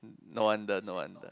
no wonder no wonder